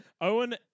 Owen